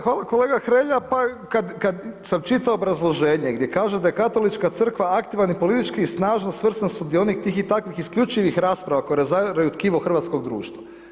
Hvala kolega Hrelja, pa kad sam čitao obrazloženje gdje kaže da je Katolička crkva aktivan i političko snažno svrstan sudionik tih i takvih isključivih rasprava koje razaraju tkivo hrvatskog društva.